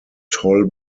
toll